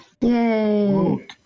Yay